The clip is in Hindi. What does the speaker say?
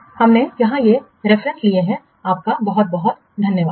हमने यहां संदर्भ ले लिए हैं और आपका बहुत बहुत धन्यवाद